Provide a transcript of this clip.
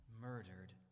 murdered